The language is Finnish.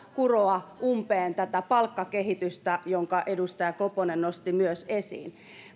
kuroa umpeen tätä palkkakehitystä jonka edustaja koponen nosti myös esiin